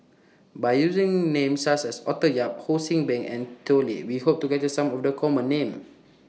By using Names such as Arthur Yap Ho See Beng and Tao Li We Hope to capture Some of The Common Names